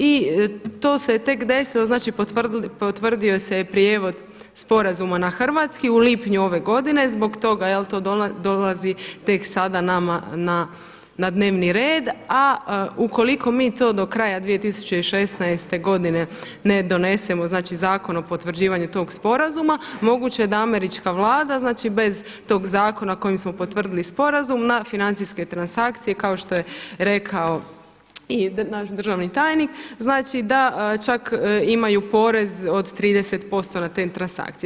I to se je tek desilo znači potvrdio se je prijevod sporazuma na hrvatski u lipnju ove godine zbog toga jer to dolazi tek sada nama na dnevni red a ukoliko mi to do kraja 2016. godine ne donesemo znači Zakon o potvrđivanju tog sporazuma moguće je da američka Vlada znači bez tog zakona kojim smo potvrdili sporazum na financijske transakcije kako što je rekao i naš državni tajnik znači da čak imaju porez od 30% na te transakcije.